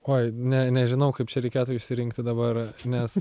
oi ne nežinau kaip čia reikėtų išsirinkti dabar nes